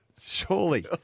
Surely